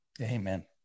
Amen